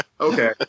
Okay